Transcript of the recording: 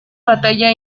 batalla